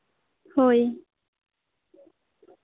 ᱦᱳᱭ